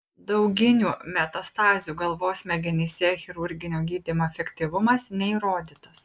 dauginių metastazių galvos smegenyse chirurginio gydymo efektyvumas neįrodytas